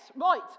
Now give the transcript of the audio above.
right